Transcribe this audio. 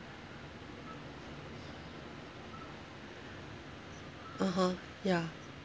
(uh huh) ya